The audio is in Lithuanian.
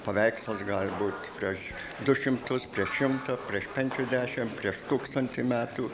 paveikslas gali būt prieš du šimtus prieš šimtą prieš penkiasdešim prieš tūkstantį metų